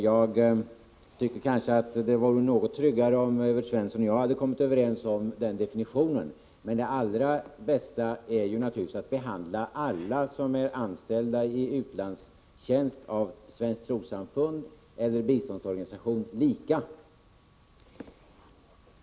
Det hade kanske varit tryggare om Evert Svensson och jag hade kommit överens om definitionen. Det allra bästa är naturligtvis att behandla alla som är anställda i utlandstjänst av svenskt trossamfund eller svenskt biståndsorganisation lika.